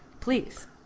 Please